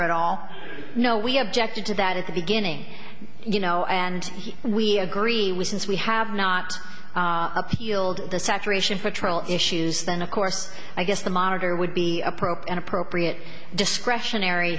at all no we objected to that at the beginning you know and we agree with since we have not appealed the saturation for trial issues then of course i guess the monitor would be appropriate appropriate discretionary